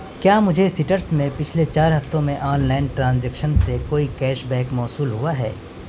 کیا مجھے سٹرس میں پچھلے چار ہفتوں میں آنلائن ٹرانزیکشن سے کوئی کیش بیک موصول ہوا ہے